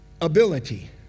ability